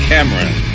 Cameron